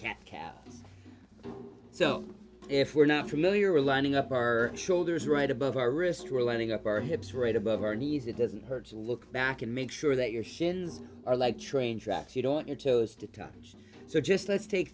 cat cat so if we're not familiar with lining up her shoulders right above our restore lining up our hips right above our knees it doesn't hurt to look back and make sure that your shins are like train tracks you don't your toes to touch so just let's take